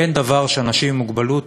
כי אין דבר שאנשים עם מוגבלות